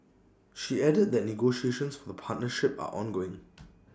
she added that negotiations for the partnership are ongoing